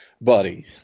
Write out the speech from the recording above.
buddy